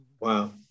wow